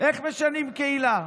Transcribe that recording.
איך משנים קהילה,